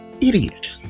idiot